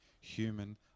human